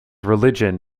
religion